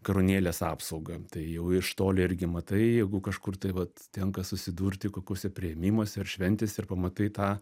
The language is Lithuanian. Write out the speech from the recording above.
karūnėles apsaugą tai jau iš toli irgi matai jeigu kažkur tai vat tenka susidurti kokiuose priėmimuose ir šventėse ir pamatai tą